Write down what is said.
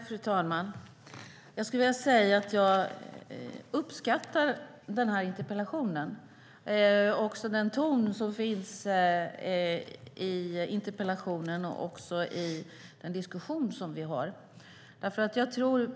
Fru talman! Jag uppskattar interpellationen och den ton som finns i den och i den diskussion som vi har.